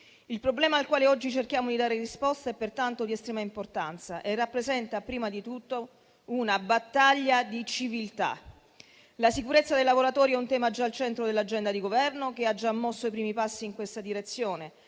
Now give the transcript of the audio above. Il problema al quale oggi cerchiamo di dare risposta è pertanto di estrema importanza e rappresenta, prima di tutto, una battaglia di civiltà. La sicurezza dei lavoratori è un tema già al centro dell'agenda di Governo, che ha già mosso i primi passi in questa direzione,